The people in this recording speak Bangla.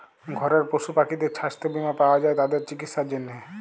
ঘরের পশু পাখিদের ছাস্থ বীমা পাওয়া যায় তাদের চিকিসার জনহে